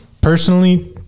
personally